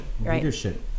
leadership